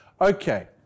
okay